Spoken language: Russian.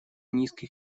низких